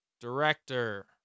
director